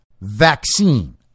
vaccine